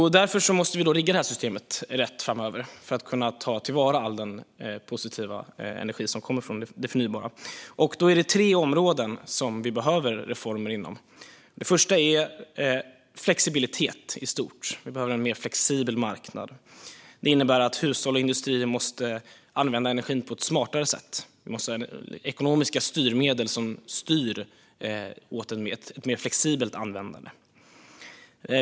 Därför måste vi rigga detta system rätt framöver för att kunna ta till vara all den positiva energi som kommer från det förnybara. Då är det inom tre områden som vi behöver reformer. Det första området är flexibilitet i stort. Vi behöver en mer flexibel marknad. Det innebär att hushåll och industrier måste använda energin på ett smartare sätt. Det måste vara ekonomiska styrmedel som styr åt ett mer flexibelt användande.